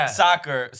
soccer